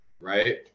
Right